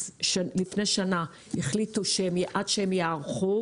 לפני שנה החליטו שעד שהם ייערכו